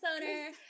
owner